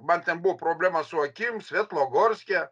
man ten buvo problema su akim svetlogorske